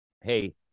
Hey